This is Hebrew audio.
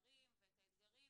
הדברים ואת האתגרים,